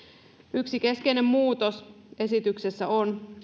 yksi keskeinen muutos esityksessä on